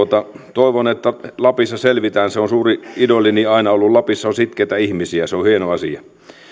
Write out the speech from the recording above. toivon että lapissa selvitään se on suuri idolini aina ollut lapissa on sitkeitä ihmisiä se on hieno asia